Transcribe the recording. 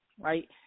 right